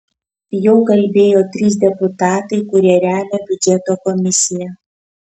jau kalbėjo trys deputatai kurie remia biudžeto komisiją